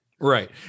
Right